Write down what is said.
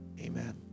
amen